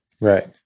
Right